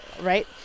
Right